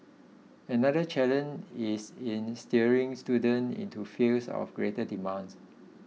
another challenge is in steering students into fields of greater demand